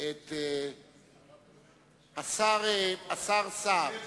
את השר סער.